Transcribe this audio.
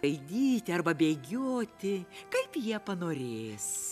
skraidyti arba bėgioti kaip jie panorės